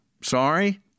sorry